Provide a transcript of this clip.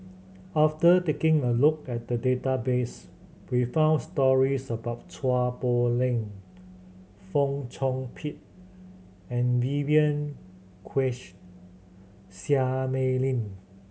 after taking a look at the database we found stories about Chua Poh Leng Fong Chong Pik and Vivien Quahe Seah Mei Lin